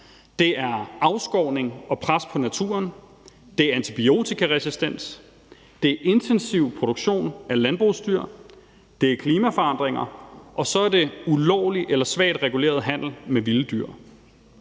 nemlig afskovning og et pres på naturen, antibiotikaresistens, en intensiv produktion af landbrugsdyr, klimaforandringer og så det, at der er en ulovlig eller en svagt reguleret handel med vilde dyr.